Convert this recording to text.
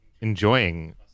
enjoying